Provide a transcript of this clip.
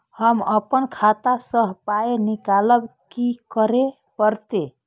हम आपन खाता स पाय निकालब की करे परतै?